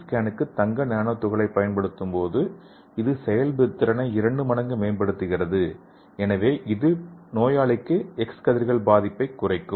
ஸ்கானுக்கு தங்க நானோ துகள்களைப் பயன்படுத்தும்போது இது செயல்திறனை இரண்டு மடங்கு மேம்படுத்துகிறது எனவே இது நோயாளிகளுக்கு எக்ஸ் கதிர்கள் பாதிப்பை குறைக்கும்